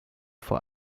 vor